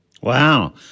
Wow